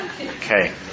Okay